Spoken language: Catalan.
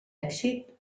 èxit